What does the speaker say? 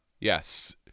yes